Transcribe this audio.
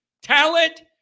Talent